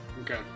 Okay